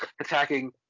attacking